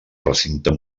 recinte